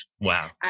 Wow